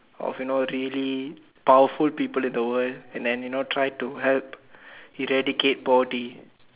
of you know really powerful people in the world and then you know try to help eradicate body